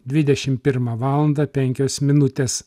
dvidešim pirmą valandą penkios minutės